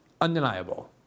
undeniable